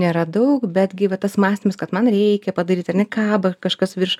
nėra daug betgi va tas mąstymas kad man reikia padaryt ar ne kaba kažkas virš